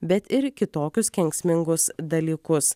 bet ir kitokius kenksmingus dalykus